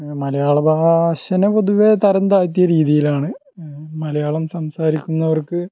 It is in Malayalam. മലയാള ഭാഷയെ പൊതുവേ തരം താഴ്ത്തിയ രീതിയിലാണ് മലയാളം സംസാരിക്കുന്നവര്ക്ക്